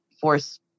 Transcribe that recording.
force